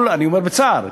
אני אומר בצער,